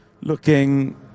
looking